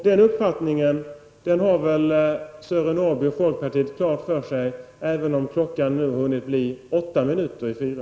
Det har väl Sören Norrby och folkpartiet klart för sig, även om klockan nu har hunnit bli åtta minuter i fyra.